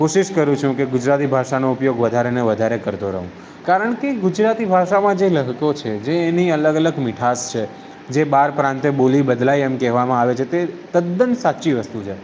કોશિશ કરું છું કે ગુજરાતી ભાષાનો ઉપયોગ વધારે અને વધારે કરતો રહું કારણ કે ગુજરાતી ભાષામાં જે લહેકો છે જે એની અલગ અલગ મીઠાશ છે જે બાર પ્રાંતે બોલી બદલાય એમ કહેવામા આવે છે તદ્દન સાચી વસ્તુ છે